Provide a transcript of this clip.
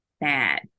bad